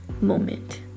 moment